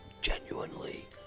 genuinely